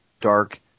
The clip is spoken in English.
dark